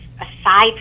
aside